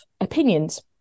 opinions